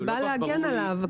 זה בא להגן עליו.